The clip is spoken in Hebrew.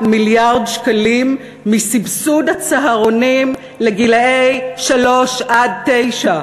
מיליארד שקלים מסבסוד הצהרונים לגילאי שלוש עד תשע.